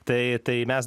tai tai mes